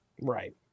right